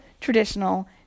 traditional